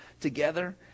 together